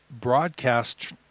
broadcast